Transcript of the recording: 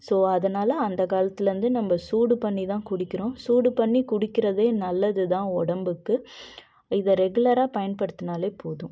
so அதனால் அந்த காலத்திலேருந்தே நம்ம சூடு பண்ணி தான் குடிக்கிறோம் சூடு பண்ணி குடிக்கிறதே நல்லது தான் உடம்புக்கு இதை ரெகுலராக பயன்படுத்தினாலே போதும்